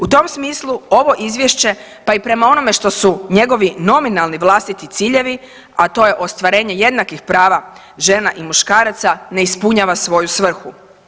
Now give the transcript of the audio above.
U tom smislu ovo izvješće pa i prema onome što su njegovi nominalni vlastiti ciljevi, a to je ostvarenje jednakih prava žena i muškaraca ne ispunjava svoju svrhu.